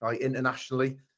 internationally